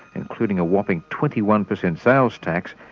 including a whopping twenty one percent sales tax,